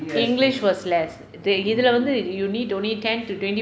english was less they இதுல வந்து:ithula vanthu you need only ten to twenty